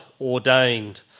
ordained